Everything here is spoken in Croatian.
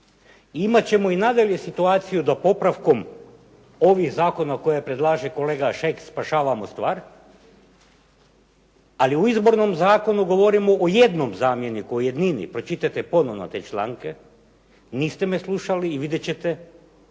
imat ćemo i nadalje situaciju da popravkom ovih zakona koji predlaže kolega Šeks spašavamo stvar, ali u izbornom zakonu govorimo o jednom zamjeniku u jednini, pročitajte ponovno te članke. Niste me slušali i vidjet ćete da